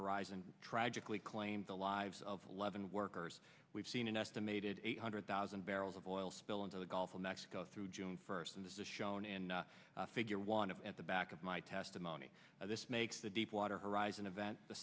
horizon tragically claimed the lives of eleven workers we've seen an estimated eight hundred thousand barrels of oil spill into the gulf of mexico through june first and this is shown in figure one of at the back of my testimony this makes the deepwater horizon event the